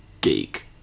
geek